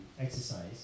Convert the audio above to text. exercise